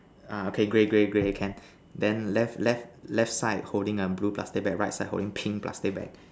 ah okay grey grey grey can then left left left side holding a blue plastic bag right side holding pink plastic bag